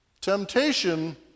Temptation